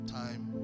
time